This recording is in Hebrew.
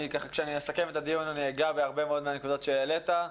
כשאסכם את הדיון אגע בהרבה מאוד מהנקודות שהעלית.